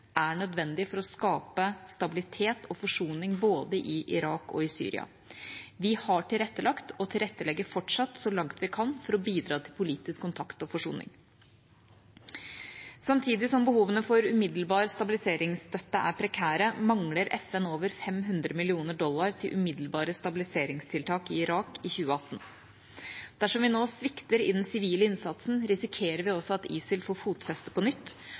er nødvendig for å skape stabilitet og forsoning både i Irak og i Syria. Vi har tilrettelagt og tilrettelegger fortsatt så langt vi kan, for å bidra til politisk kontakt og forsoning. Samtidig som behovene for umiddelbar stabiliseringsstøtte er prekære, mangler FN over 500 mill. dollar til umiddelbare stabiliseringstiltak i Irak i 2018. Dersom vi nå svikter i den sivile innsatsen, risikerer vi også at ISIL får fotfeste på nytt,